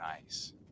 nice